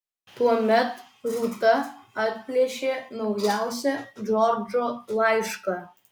tuomet rūta atplėšė naujausią džordžo laišką